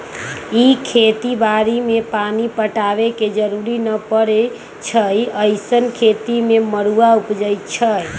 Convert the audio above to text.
इ खेती बाड़ी में पानी पटाबे के जरूरी न परै छइ अइसँन खेती में मरुआ उपजै छइ